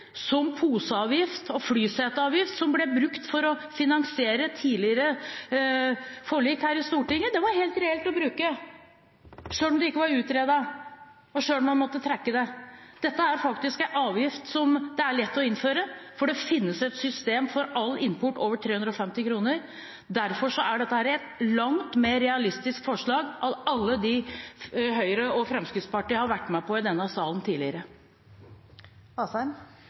som poseavgift og flyseteavgift som ble brukt for å finansiere tidligere forlik her i Stortinget, var helt reelt å bruke, selv om det ikke var utredet, og selv om man måtte trekke det. Dette er faktisk en avgift som det er lett å innføre, for det finnes et system for all import over 350 kr. Derfor er dette et langt mer realistisk forslag enn noen av alle dem Høyre og Fremskrittspartiet har vært med på i denne salen tidligere.